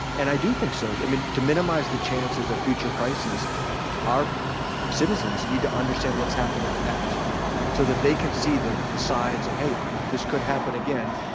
and i do think so, to minimize the chances of future crises our citizens need to understand what's happened in the past so that they can see the the signs of hey this could happen again,